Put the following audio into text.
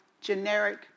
generic